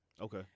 Okay